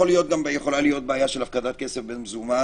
יכולה להיות בעיה של הפקדת כסף במזומן